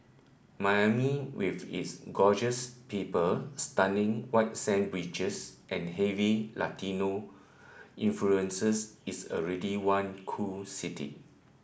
Miami with its gorgeous people stunning white sand beaches and heavy Latino influences is already one cool city